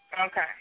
Okay